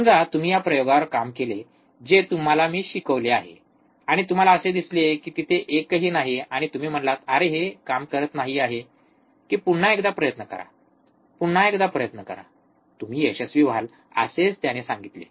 समजा तुम्ही या प्रयोगावर काम केले जे मी तुम्हाला शिकवले आहे आणि तुम्हाला दिसेल की तेथे एकही नाही आणि तुम्ही म्हणालात अरे हे काम करत नाही आहे की पुन्हा एकदा प्रयत्न करा पुन्हा एकदा प्रयत्न करा तुम्ही यशस्वी व्हाल असेच त्याने सांगितले